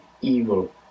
evil